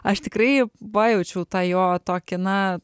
aš tikrai pajaučiau tą jo tokį na